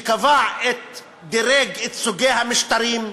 שדירג את סוגי המשטרים,